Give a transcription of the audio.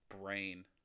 brain